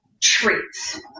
treats